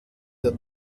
der